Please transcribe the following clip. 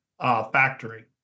factory